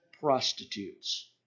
prostitutes